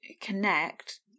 connect